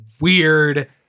weird